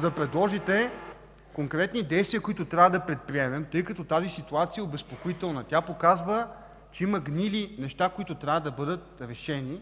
да предложите конкретни действия, които трябва да предприемем, тъй като тази ситуация е обезпокоителна. Тя показва, че има гнили неща, които трябва да бъдат решени